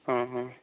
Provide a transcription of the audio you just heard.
ହଁ ହଁ